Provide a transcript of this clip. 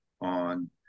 on